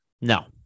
No